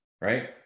right